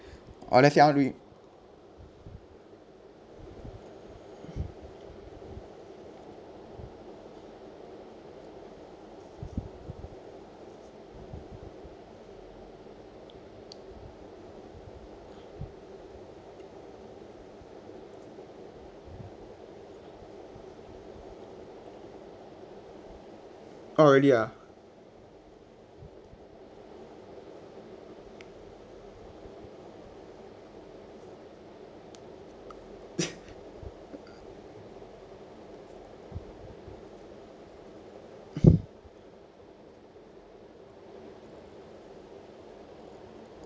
or let's say I want to eat orh really ah